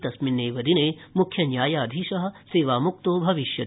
तस्मिन् एव दिने मुख्यन्यायाधीशः सेवामुक्तो भविष्यति